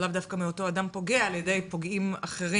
לאו דווקא מאותו אדם פוגע על ידי פוגעים אחרים.